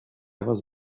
was